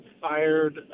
fired